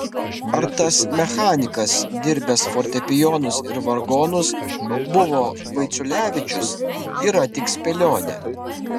ar tas mechanikas dirbęs fortepijonus ir vargonus buvo vaiciulevičius yra tik spėlionė